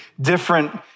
different